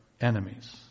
enemies